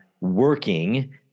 working